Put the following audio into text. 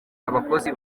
abakozi